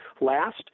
last